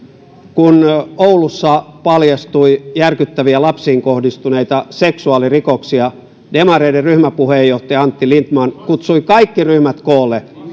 kun oulussa paljastui järkyttäviä lapsiin kohdistuneita seksuaalirikoksia demareiden ryhmäpuheenjohtaja antti lindtman kutsui kaikki ryhmät koolle